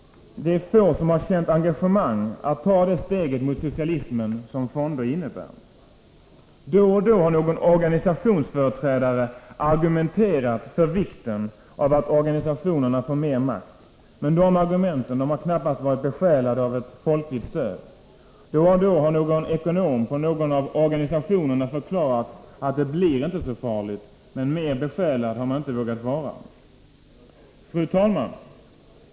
Det är få som har känt engagemang att ta det steg mot socialismen som fonder innebär. Då och då har någon organisationsföreträdare argumenterat för vikten av att organisationerna får mer makt, men de argumenten har knappast varit besjälade av ett folkligt stöd. Då och då har någon ekonom på någon av organisationerna förklarat att det inte blir så farligt, men mer besjälad har man inte vågat vara. Fru talman!